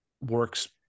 works